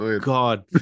god